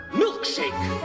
milkshake